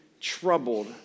troubled